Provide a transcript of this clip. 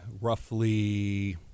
roughly